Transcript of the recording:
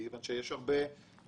כיוון שיש הרבה נעלם